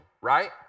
right